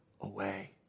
away